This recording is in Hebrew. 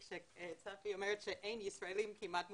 צפי אומרת שאין ישראלים שכמעט מועסקים,